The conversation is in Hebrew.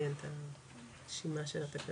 לי אין את הרשימה של התקנות.